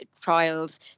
trials